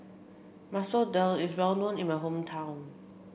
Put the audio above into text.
Masoor Dal is well known in my hometown